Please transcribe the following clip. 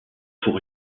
pour